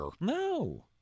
No